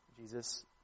Jesus